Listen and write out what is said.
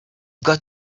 got